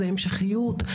זה המשכיות.